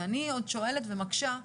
ואני עוד שואלת ומקשה.